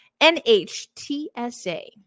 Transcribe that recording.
NHTSA